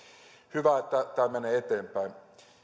hyvä että tämä menee eteenpäin